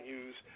use